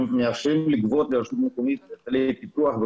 מאשרים לרשות המקומית לגבות לפיתוח סכום